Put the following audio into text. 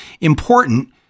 important